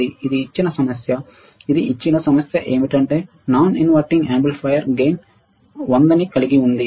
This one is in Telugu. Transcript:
ఇది ఇచ్చిన సమస్య ఇది ఇచ్చిన సమస్య ఏమిటంటే నాన్ ఇన్వర్టింగ్ యాంప్లిఫైయర్ గెయిన్ 100 ని కలిగి ఉంది